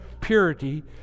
purity